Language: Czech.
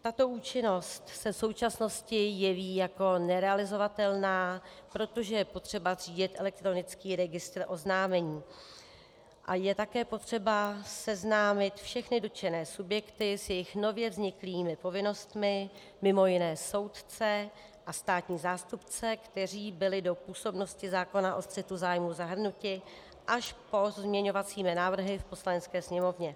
Tato účinnost se v současnosti jeví jako nerealizovatelná, protože je potřeba zřídit elektronický registr oznámení a je také potřeba seznámit všechny dotčené subjekty s jejich nově vzniklými povinnostmi, mimo jiné soudce a státní zástupce, kteří byli do působnosti zákona o střetu zájmů zahrnuti až pozměňovacími návrhy v Poslanecké sněmovně.